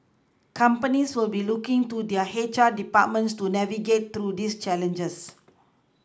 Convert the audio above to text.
companies will be looking to their H R departments to navigate through these challenges